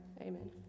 amen